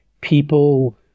people